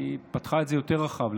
היא פתחה את זה יותר רחב,